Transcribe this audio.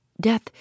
death